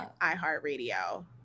iHeartRadio